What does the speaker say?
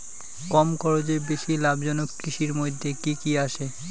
কম খরচে বেশি লাভজনক কৃষির মইধ্যে কি কি আসে?